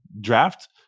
draft